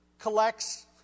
Collects